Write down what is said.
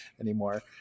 anymore